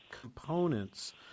components